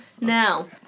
Now